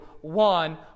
one